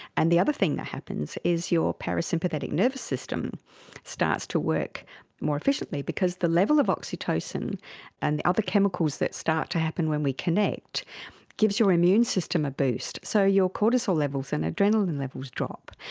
and the other thing that happens is your parasympathetic nervous system starts to work more efficiently because the level of oxytocin and the other chemicals that start to happen when we connect gives your immune system boost, so your cortisol levels and adrenaline and levels drop.